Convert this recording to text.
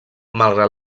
malgrat